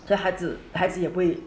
孩子孩子也会